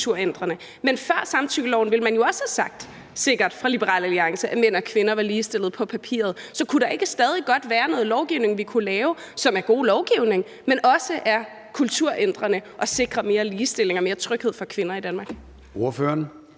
Men før samtykkeloven ville man jo sikkert også fra Liberal Alliances side have sagt, at mænd og kvinder er ligestillede på papiret. Så kunne der ikke stadig godt være noget lovgivning, vi kunne lave, som ville være god lovgivning, men som også ville være kulturændrende og sikre mere ligestilling og mere tryghed for kvinder i Danmark?